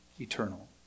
Eternal